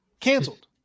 Canceled